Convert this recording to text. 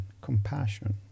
compassion